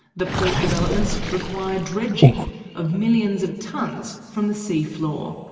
the port developments require dredging of millions of tonnes from the sea floor.